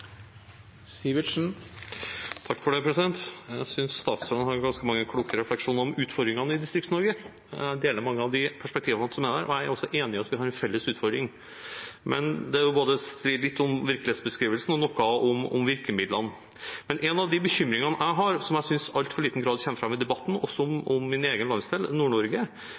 Sivertsen – til oppfølgingsspørsmål. Jeg syns statsråden har ganske mange kloke refleksjoner om utfordringene i Distrikts-Norge. Jeg deler mange av de perspektivene som er der, og jeg er også enig i at vi har en felles utfordring, men det er litt å si om virkelighetsbeskrivelsen og noe om virkemidlene. En av de bekymringene jeg har, som jeg syns i altfor liten grad kommer fram i debatten, også om min egen landsdel,